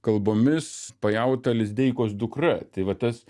kalbomis pajauta lizdeikos dukra tai va tas